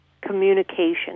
communication